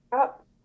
up